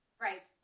right